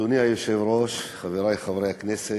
אדוני היושב-ראש, חברי חברי הכנסת,